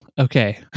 okay